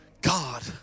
God